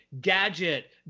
Gadget